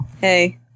hey